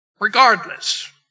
Regardless